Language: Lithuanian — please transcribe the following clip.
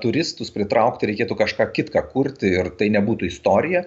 turistus pritraukti reikėtų kažką kitką kurti ir tai nebūtų istorija